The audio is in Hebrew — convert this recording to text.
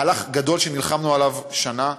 מהלך גדול שנלחמנו עליו שנה.